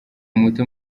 muto